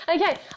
okay